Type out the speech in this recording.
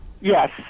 Yes